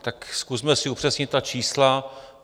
Tak zkusme si upřesnit ta čísla.